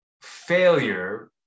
failure